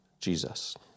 Jesus